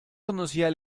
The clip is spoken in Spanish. conocía